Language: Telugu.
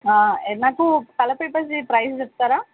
నాకు కలర్ పేపర్స్ది ప్రైస్ చెప్తారా